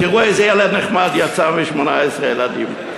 ותראו איזה ילד נחמד יצא מ-18 ילדים.